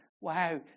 wow